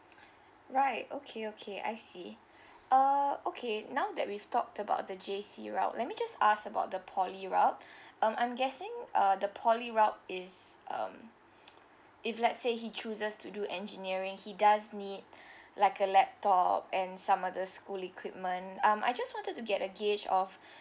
right okay okay I see uh okay now that we've talked about the J_C route let me just ask about the poly route um I'm guessing uh the poly route is um if let's say he chooses to do engineering he does need like a laptop and some other school equipment um I just wanted to get a gauge of